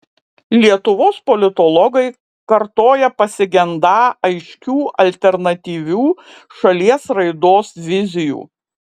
lietuvos politologai kartoja pasigendą aiškių alternatyvių šalies raidos vizijų